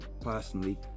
personally